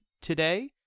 today